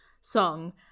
song